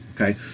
okay